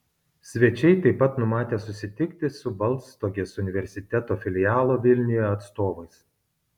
svečiai taip pat numatę susitikti su baltstogės universiteto filialo vilniuje atstovais